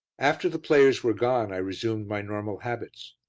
after the players were gone i resumed my normal habits.